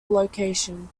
location